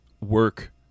work